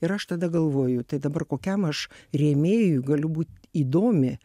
ir aš tada galvoju tai dabar kokiam aš rėmėjui galiu būt įdomi